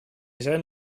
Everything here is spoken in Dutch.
zijn